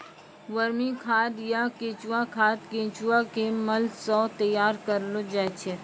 वर्मी खाद या केंचुआ खाद केंचुआ के मल सॅ तैयार करलो जाय छै